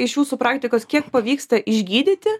iš jūsų praktikos kiek pavyksta išgydyti